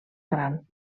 gran